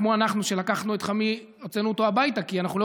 כמו שלקחנו את חמי הביתה כי אנחנו לא